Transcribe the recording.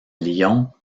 lyon